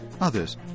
Others